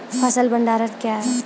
फसल भंडारण क्या हैं?